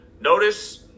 notice